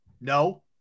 No